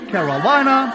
Carolina